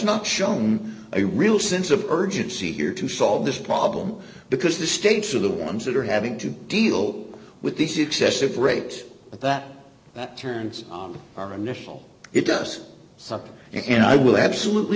not shown a real sense of urgency here to solve this problem because the states are the ones that are having to deal with these excessive rates that that turns our initial it does something and i will absolutely